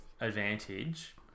advantage